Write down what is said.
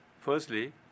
Firstly